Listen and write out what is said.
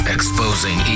Exposing